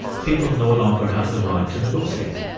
people no longer have the right to negotiate.